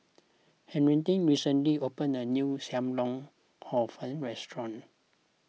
Henriette recently opened a new Sam Lau Hor Fun restaurant